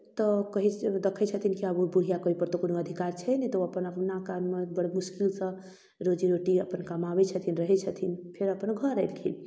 तऽ कहै देखै छथिन की आब ओ बुढ़िआँके ओइपर तऽ कोनो अधिकार छै नहि तऽ ओ अपन कए कऽ बड़ मुश्किलसँ रोजी रोटी अपन कमाबै छथिन रहै छथिन फेर अपन घर एलखिन